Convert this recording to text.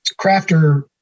crafter